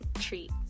treat